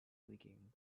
leaking